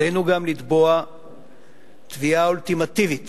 עלינו גם לתבוע תביעה אולטימטיבית